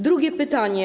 Drugie pytanie.